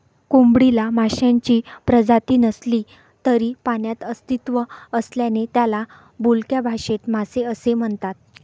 कोळंबीला माशांची प्रजाती नसली तरी पाण्यात अस्तित्व असल्याने त्याला बोलक्या भाषेत मासे असे म्हणतात